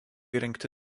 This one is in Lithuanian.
įrengti